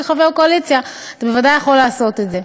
כחבר קואליציה אתה בוודאי יכול לעשות את זה.